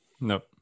Nope